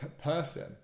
person